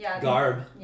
Garb